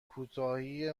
کوتاهی